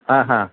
हां हां